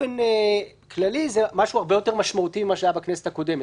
באופן כללי זה משהו הרבה יותר משמעותי ממה שהיה בכנסת הקודמת,